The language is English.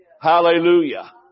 Hallelujah